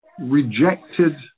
rejected